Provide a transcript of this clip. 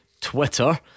Twitter